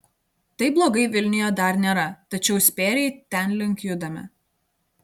taip blogai vilniuje dar nėra tačiau spėriai tenlink judame